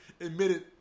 admitted